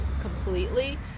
completely